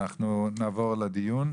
נעבור לדיון.